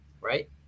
right